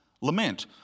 lament